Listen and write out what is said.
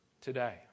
today